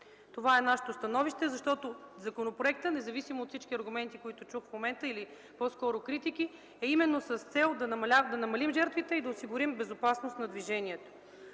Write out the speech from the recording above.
Това е нашето становище, защото законопроектът, независимо от всички аргументи, които чух в момента или по-скоро критики, е именно с цел да намалим жертвите и да осигурим безопасност на движението.